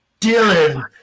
Dylan